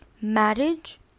Marriage